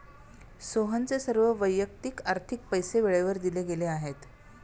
सोहनचे सर्व वैयक्तिक आर्थिक पैसे वेळेवर दिले गेले आहेत